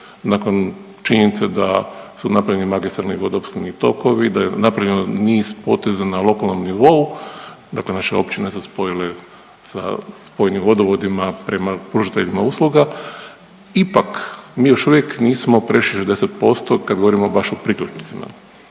nakon činjenice da su napravljeni magistralni vodoopskrbni tokovi, da je napravljeno niz poteza na lokalnom nivou, dakle naša općine se spojile sa spojnim vodovodima prema pružateljima usluga ipak mi još uvijek nismo prešli 60% kad govorimo baš o priključnicima.